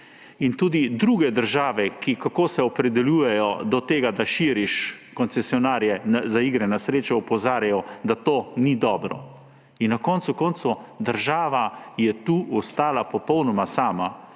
in tudi druge države, kako se opredeljujejo do tega, da širiš koncesionarje za igre na srečo, opozarjajo, da to ni dobro. In na koncu koncev država je tu ostala popolnoma sama.